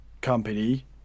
company